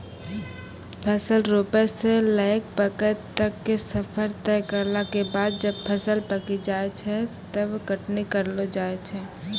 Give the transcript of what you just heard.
फसल रोपै स लैकॅ पकै तक के सफर तय करला के बाद जब फसल पकी जाय छै तब कटनी करलो जाय छै